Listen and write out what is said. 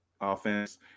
Offense